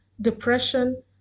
depression